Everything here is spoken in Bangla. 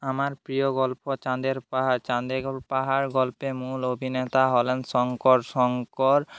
আমার প্রিয় গল্প চাঁদের পাহাড় চাঁদের পাহাড় গল্পের মূল অভিনেতা হলেন শঙ্কর শঙ্কর